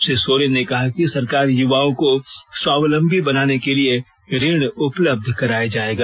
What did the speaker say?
श्री सोरेन ने कहा कि सरकार युवाओं को स्वावलंबी बनाने के लिए ऋण उपलब्ध कराया जाएगा